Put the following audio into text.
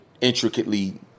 intricately